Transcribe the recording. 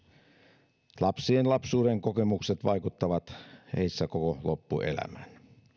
on lisääntynyt lapsien lapsuudenkokemukset vaikuttavat heissä koko loppuelämän